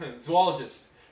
zoologist